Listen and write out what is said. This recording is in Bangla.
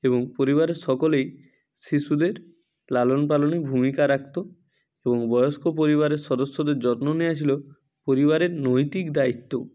এবং পরিবারের সকলেই শিশুদের লালন পালনে ভূমিকা রাখত এবং বয়স্ক পরিবারের সদস্যদের যত্ন নেওয়া ছিল পরিবারের নৈতিক দায়িত্ব